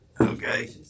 Okay